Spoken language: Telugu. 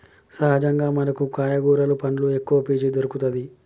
సహజంగా మనకు కాయ కూరలు పండ్లు ఎక్కవ పీచు దొరుకతది